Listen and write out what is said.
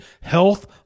health